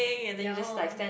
ya oh